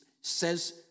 says